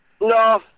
no